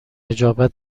نجابت